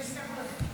בבקשה.